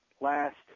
last